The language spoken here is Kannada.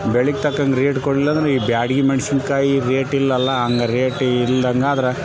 ಬೆಳೆಗ್ ತಕ್ಕಂಗೆ ರೇಟ್ ಕೊಡಲಿಲ್ಲ ಅಂದ್ರೆ ಈ ಬ್ಯಾಡಗಿ ಮೆಣಸಿನ್ಕಾಯಿ ರೇಟಿಲ್ಲಲ ಹಂಗ್ ರೇಟ್ ಇಲ್ದಂಗೆ ಆದ್ರೆ